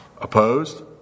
Opposed